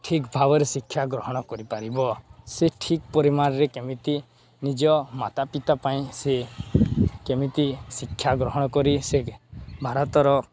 ଠିକ୍ ଭାବରେ ଶିକ୍ଷା ଗ୍ରହଣ କରିପାରିବ ସେ ଠିକ ପରିମାଣରେ କେମିତି ନିଜ ମାତା ପିତା ପାଇଁ ସେ କେମିତି ଶିକ୍ଷା ଗ୍ରହଣ କରି ସେ ଭାରତର